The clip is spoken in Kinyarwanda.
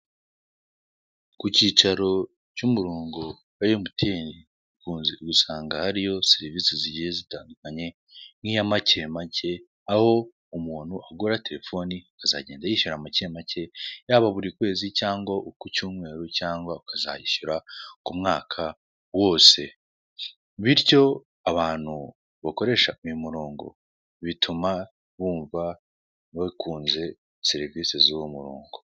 Ku kicaro cy'umurongo wa MTN ukunze gusanga hariyo serivise zigiye zitandukanye nk'iya makemake, aho umuntu agura telefone akazagenda ayishyura makemake yaba buri kwezi cyangwa ku cyumweru, cyangwa ukazayishyura ku mwaka wose bityo abantu bakoresha uyu murongo bituma bumva bakunze serivise z'uwo murongo.